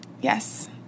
Yes